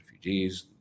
refugees